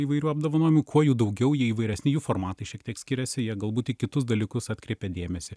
įvairių apdovanojimų kuo jų daugiau jie įvairesni jų formatai šiek tiek skiriasi jie galbūt į kitus dalykus atkreipia dėmesį